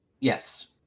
Yes